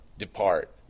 depart